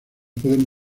pueden